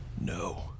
No